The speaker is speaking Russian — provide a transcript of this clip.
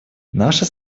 наша